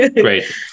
great